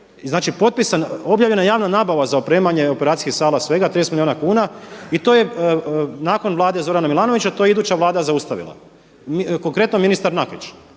potpisan, objavljena javna nabava za opremanje operacijskih sala, svega 30 milijuna kuna i to je nakon Vlade Zorana Milanovića to je iduća Vlada zaustavila. Konkretno ministar Nakić,